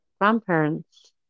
grandparents